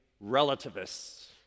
relativists